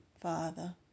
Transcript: Father